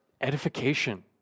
edification